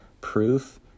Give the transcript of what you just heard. proof